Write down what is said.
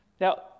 Now